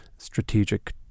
strategic